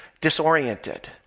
disoriented